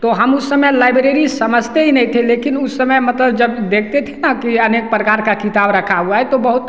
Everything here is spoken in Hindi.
तो हम उस समय लाइब्रेरी समझते ही नहीं थे लेकिन उस समय मतलब जब देखते थे न कि अनेक प्रकार का किताब रखा हुआ है तो बहुत